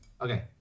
okay